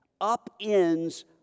upends